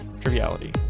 Triviality